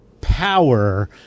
power